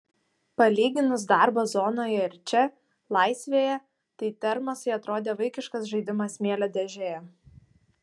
palyginus darbą zonoje ir čia laisvėje tai termosai atrodė vaikiškas žaidimas smėlio dėžėje